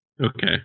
Okay